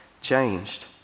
changed